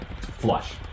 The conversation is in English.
flush